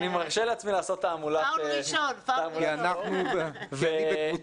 כי אני ממש חייב לצאת,